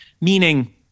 meaning –